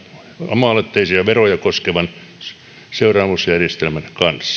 oma aloitteisia veroja koskevan seuraamusjärjestelmän kanssa